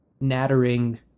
nattering